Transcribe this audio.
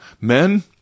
men